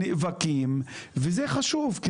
נאבקים וזה חשוב,